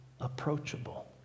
approachable